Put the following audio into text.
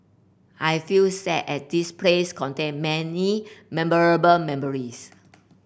I feel sad as this place contain many memorable memories